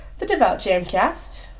TheDevoutJamCast